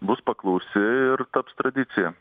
bus paklausi ir taps tradicija